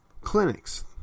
clinics